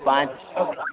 ପାଞ୍ଚ ଗ୍ରାମ୍